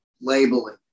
labeling